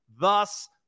thus